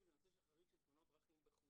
זה הנושא של חריג של תאונות דרכים בחו"ל.